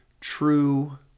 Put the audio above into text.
true